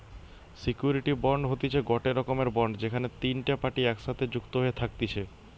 surety bond হতিছে গটে রকমের বন্ড যেখানে তিনটে পার্টি একসাথে যুক্ত হয়ে থাকতিছে